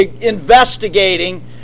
investigating